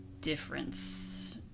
difference